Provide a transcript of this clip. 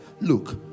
Look